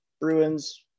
Bruins